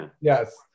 yes